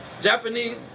Japanese